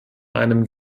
einem